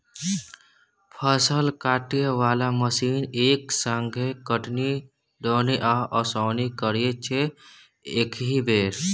फसल काटय बला मशीन एक संगे कटनी, दौनी आ ओसौनी करय छै एकहि बेर